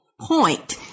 point